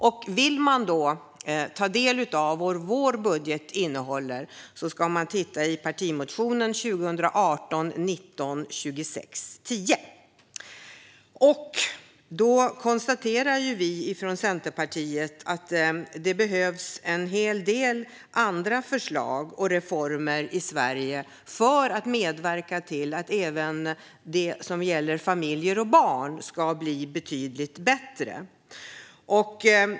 Om man vill ta del av innehållet i vår budget ska man titta i partimotionen 2018/19:2610. Där konstaterar vi från Centerpartiet att det behövs en hel del förslag och reformer i Sverige för att medverka till att även det som gäller familjer och barn ska bli betydligt bättre.